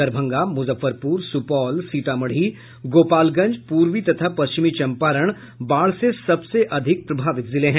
दरभंगा मुजफ्फरपुर सुपौल सीतामढ़ी गोपालगंज पूर्वी तथा पश्चिमी चंपारण बाढ़ से सबसे अधिक प्रभावित जिले हैं